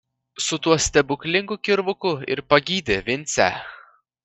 su tuo stebuklingu kirvuku ir pagydė vincę